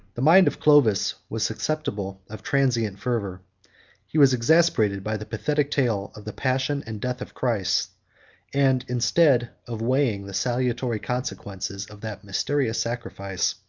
the mind of clovis was susceptible of transient fervor he was exasperated by the pathetic tale of the passion and death of christ and, instead of weighing the salutary consequences of that mysterious sacrifice,